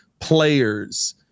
players